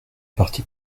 partie